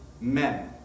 men